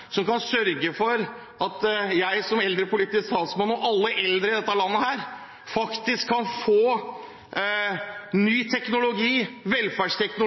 som kan sørge for at jeg som eldrepolitisk talsmann – og alle eldre i dette landet – kan få ny teknologi,